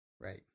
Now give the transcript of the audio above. right